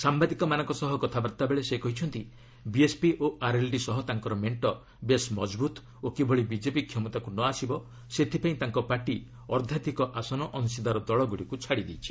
ସାମ୍ବାଦିକମାନଙ୍କ ସହ କଥାବାର୍ତ୍ତାବେଳେ ସେ କହିଛନ୍ତି ବିଏସ୍ପି ଓ ଆର୍ଏଲ୍ଡି ସହ ତାଙ୍କର ମେଣ୍ଟ ବେଶ୍ ମଜବୁତ୍ ଓ କିଭଳି ବିଜେପି କ୍ଷମତାକୁ ନ ଆସିବ ସେଥିପାଇଁ ତାଙ୍କ ପାର୍ଟି ଅର୍ଦ୍ଧାଧିକ ଆସନ ଅଂଶୀଦାର ଦଳଗୁଡ଼ିକୁ ଛାଡ଼ିଦେଇଛି